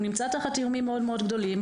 נמצא תחת איומים מאוד מאוד גדולים,